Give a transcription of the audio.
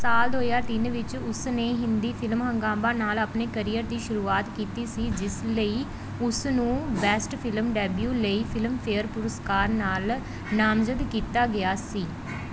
ਸਾਲ ਦੋ ਹਜ਼ਾਰ ਤਿੰਨ ਵਿੱਚ ਉਸ ਨੇ ਹਿੰਦੀ ਫ਼ਿਲਮ ਹੰਗਾਮਾ ਨਾਲ ਆਪਣੇ ਕਰੀਅਰ ਦੀ ਸ਼ੁਰੂਆਤ ਕੀਤੀ ਸੀ ਜਿਸ ਲਈ ਉਸ ਨੂੰ ਬੈਸਟ ਫ਼ਿਲਮ ਡੈਬਿਊ ਲਈ ਫਿਲਮਫੇਅਰ ਪੁਰਸਕਾਰ ਨਾਲ ਨਾਮਜ਼ਦ ਕੀਤਾ ਗਿਆ ਸੀ